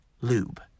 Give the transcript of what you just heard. lube